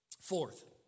Fourth